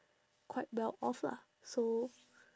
quite well off lah so